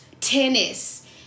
tennis